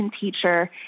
teacher